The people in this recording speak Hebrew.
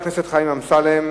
חבר הכנסת חיים אמסלם.